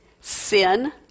Sin